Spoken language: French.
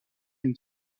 une